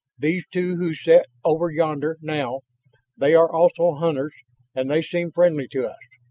these two who sit over yonder now they are also hunters and they seem friendly to us.